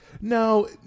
No